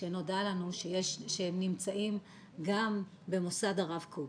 נודע לנו, נמצאים גם במוסד הרב קוק.